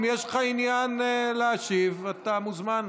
אם יש לך עניין להשיב, אתה מוזמן.